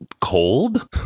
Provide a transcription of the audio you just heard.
Cold